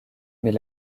mais